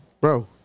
bro